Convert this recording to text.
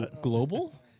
global